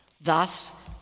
Thus